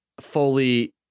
fully